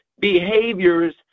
behaviors